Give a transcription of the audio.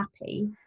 happy